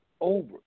over